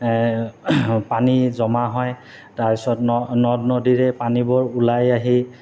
পানী জমা হয় তাৰ পিছত নদ নদীৰে পানীবোৰ ওলাই আহি